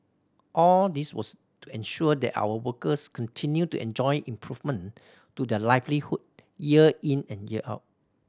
all this was to ensure that our workers continued to enjoy improvement to their livelihood year in and year out